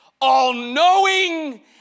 all-knowing